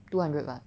two hundred 吧